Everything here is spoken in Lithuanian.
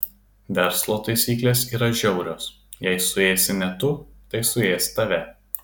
verslo taisyklės yra žiaurios jei suėsi ne tu tai suės tave